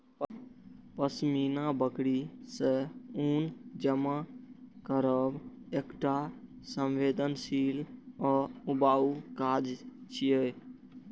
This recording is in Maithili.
पश्मीना बकरी सं ऊन जमा करब एकटा संवेदनशील आ ऊबाऊ काज छियै